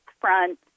front